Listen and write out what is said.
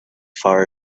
far